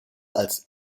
als